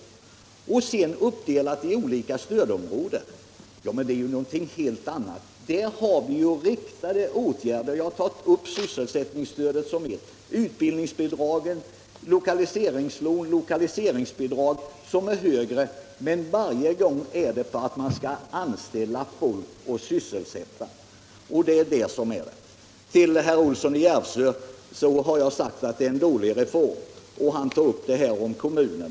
Syftet med att vi har dessa landsdelar uppdelade i olika stödområden är ett helt annat. Där sätter vi in riktade åtgärder såsom sysselsättningsstöd, som jag har nämnt, utbildningsbidrag, lokaliseringslån, högre 1okaliseringsbidrag, osv., för att företagen skall anställa folk och sysselsätta dem. Jag har redan till herr Olsson i Järvsö sagt att det förslag beträffande kommunerna som han förespråkar är en dålig reform.